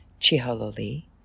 Chihololi